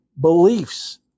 beliefs